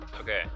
Okay